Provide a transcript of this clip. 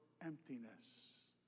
emptiness